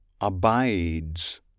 abides